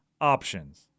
options